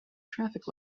traffic